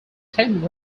ten